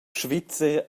svizzer